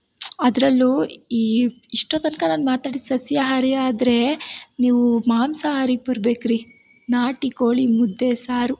ಅದರಲ್ಲೂ ಈ ಇಷ್ಟೊತ್ತನಕ ನಾನು ಮಾತಾಡಿದ್ದು ಸಸ್ಯಹಾರಿ ಆದರೆ ನೀವು ಮಾಂಸಹಾರಿಗೆ ಬರ್ಬೇಕು ರೀ ನಾಟಿ ಕೋಳಿ ಮುದ್ದೆ ಸಾರು